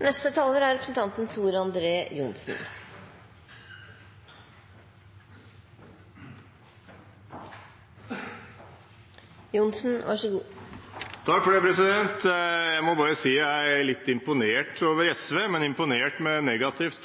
Jeg må bare si at jeg er litt imponert over SV, men imponert med negativt